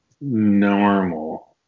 normal